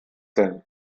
denn